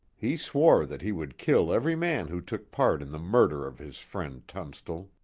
he swore that he would kill every man who took part in the murder of his friend tunstall.